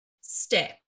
step